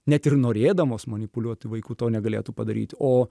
net ir norėdamos manipuliuoti vaiku to negalėtų padaryti o